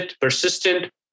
persistent